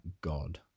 God